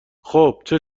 خوبچه